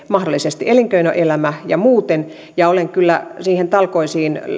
mahdollisesti elinkeinoelämä ja muut tarvitsevat olen kyllä niihin talkoisiin